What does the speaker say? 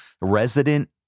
resident